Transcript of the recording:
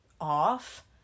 off